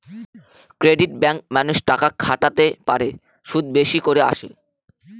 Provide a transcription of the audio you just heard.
credit ব্যাঙ্কে মানুষ টাকা খাটাতে পারে, সুদ বেশি করে আসে